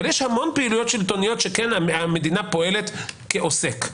אבל יש המון פעילויות שלטוניות שהמדינה פועלת כעוסק.